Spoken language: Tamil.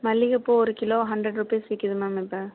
மல்லிகைப்பூ ஒரு கிலோ ஹண்ட்ரட் ருப்பீஸ் விற்கிது மேம் இப்போ